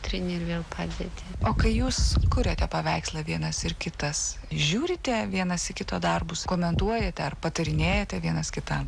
tyrinėju ir vėl padėtį o kai jūs kuriate paveikslą vienas ir kitas žiūrite vienas kito darbus komentuojate ar patarinėjate vienas kitam